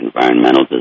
environmental